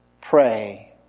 pray